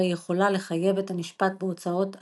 היא יכולה לחייב את הנשפט בהוצאות הביצוע.